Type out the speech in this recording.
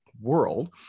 world